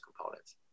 components